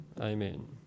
Amen